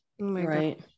Right